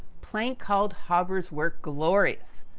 planck called haber's work, glorious.